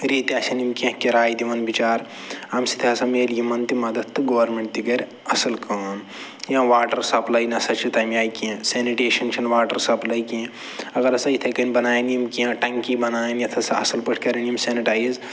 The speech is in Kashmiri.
ریٚتۍ آسن یِم کیٚنہہ کرایہِ دِوان بِچارٕ اَمہِ سۭتۍ ہسا مِلہِ یِمَن تہِ مدد تہٕ گورمٮ۪نٛٹ تہِ کَرِ اَصٕل کٲم یا واٹَر سَپلٕے نہ سہ چھِ تَمہِ آیہِ کیٚنہہ سٮ۪نِٹیشَن چھِنہٕ واٹَر سَپلٕے کیٚنہہ اگر ہسا یِتھَے کٔنۍ بنایَن یِم کیٚنہہ ٹنٛکی بنایَن یَتھ ہسا اَصٕل پٲٹھۍ کَرَن یِم سٮ۪نٕٹایِز